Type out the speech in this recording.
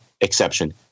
exception